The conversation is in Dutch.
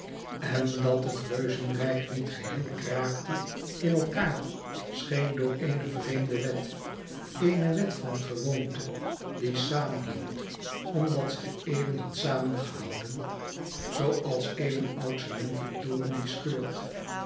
en dat het reuzerijk niet geheel kraakte in elkaâr scheen door eene vreemde wet eene wet van gewoonte die samenhield omdat zij eeuwen had samengehouden zooals eeuwenoud cement een toren die scheurt